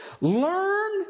Learn